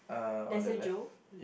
there's a Joe